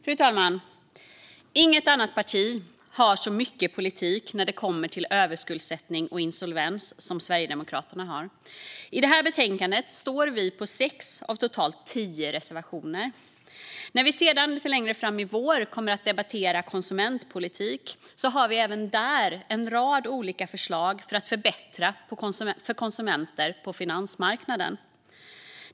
Fru talman! Inget annat parti har så mycket politik när det kommer till överskuldsättning och insolvens som Sverigedemokraterna har. I detta betänkande står vi bakom sex av totalt tio reservationer. Lite längre fram i vår kommer vi att debattera konsumentpolitik. Även där har vi en rad olika förslag för att förbättra för konsumenter på finansmarknaden.